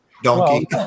Donkey